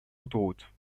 autoroutes